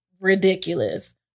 ridiculous